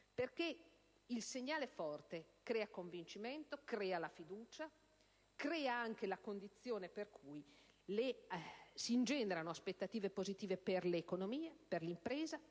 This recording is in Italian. perché il segnale forte crea convincimento e fiducia, oltre che le condizioni per cui si ingenerano aspettative positive per l'economia, per le imprese